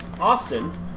Austin